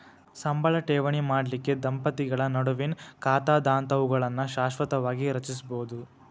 ಸಂಬಳ ಠೇವಣಿ ಮಾಡಲಿಕ್ಕೆ ದಂಪತಿಗಳ ನಡುವಿನ್ ಖಾತಾದಂತಾವುಗಳನ್ನ ಶಾಶ್ವತವಾಗಿ ರಚಿಸ್ಬೋದು